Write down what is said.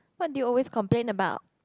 what do you always complain about